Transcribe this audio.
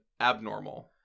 abnormal